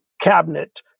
Cabinet